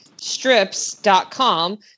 strips.com